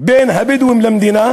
בין הבדואים למדינה,